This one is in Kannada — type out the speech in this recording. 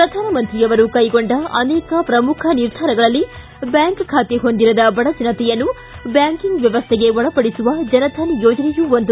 ಶ್ರಧಾನಮಂತ್ರಿಯವರು ಕೈಗೊಂಡ ಅನೇಕ ಶ್ರಮುಖ ನಿರ್ಧಾರಗಳಲ್ಲಿ ಬ್ಹಾಂಕ್ ಬಾತೆ ಹೊಂದಿರದ ಬಡ ಜನತೆಯನ್ನು ಬ್ಯಾಂಕಿಂಗ್ ವ್ಯವಸ್ಥೆಗೆ ಒಳಪಡಿಸುವ ಜನಧನ್ ಯೋಜನೆಯೂ ಒಂದು